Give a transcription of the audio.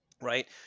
Right